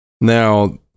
now